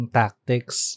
tactics